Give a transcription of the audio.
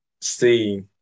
see